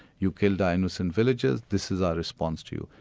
you killed our innocent villagers, this is our response to you,